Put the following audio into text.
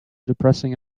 depressing